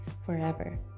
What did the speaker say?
forever